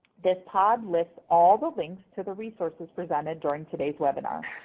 this pod lists all the links to the resources presented during today's webinar.